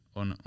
on